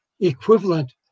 equivalent